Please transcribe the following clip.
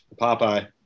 Popeye